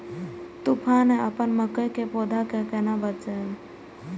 तुफान है अपन मकई के पौधा के केना बचायब?